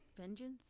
Vengeance